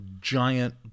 giant